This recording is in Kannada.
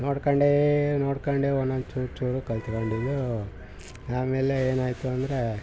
ನೋಡಿಕೊಂಡೇ ನೋಡಿಕೊಂಡೆ ಒಂದೊಂದು ಚೂರು ಚೂರು ಕಲ್ತ್ಕೊಂಡಿದ್ದು ಆಮೇಲೆ ಏನಾಯಿತು ಅಂದ್ರೆ